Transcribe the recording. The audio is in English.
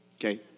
Okay